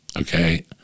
Okay